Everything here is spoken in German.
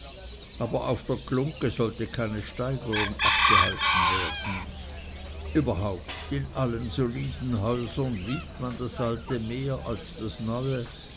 aber auf der glungge sollte keine steigerung abgehalten werden überhaupt in allen soliden häusern liebt man das alte mehr als das neue